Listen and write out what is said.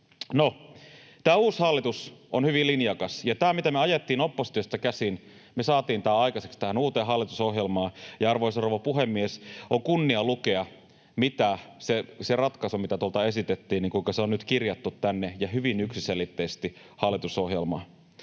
tämä uusi hallitus on hyvin linjakas, ja tämä, mitä me ajettiin oppositiosta käsin, me saatiin aikaiseksi tähän uuteen hallitusohjelmaan. Ja, arvoisa rouva puhemies, on kunnia lukea, kuinka se ratkaisu, mitä tuolta esitettiin, on nyt kirjattu hyvin yksiselitteisesti hallitusohjelmaan.